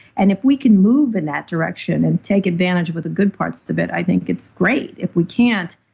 and if we can move in that direction and take advantage with the good parts of it, i think it's great. if we can't,